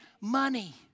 money